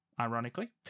ironically